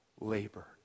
labor